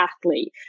athlete